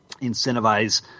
incentivize